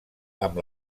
amb